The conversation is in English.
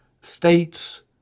states